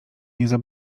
nie